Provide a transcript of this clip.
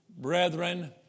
Brethren